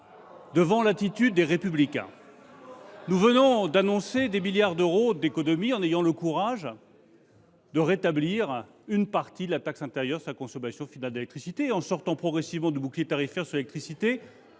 face à l’attitude des Républicains. Nous venons d’annoncer des milliards d’euros d’économies : nous avons eu pour cela le courage de rétablir une partie de la taxe intérieure sur la consommation finale d’électricité (TICFE) et de sortir progressivement du bouclier tarifaire sur l’électricité.